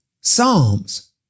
Psalms